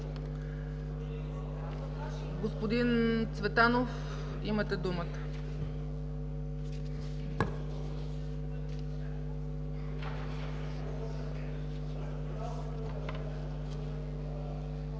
Господин Цветанов, имате думата.